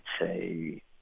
say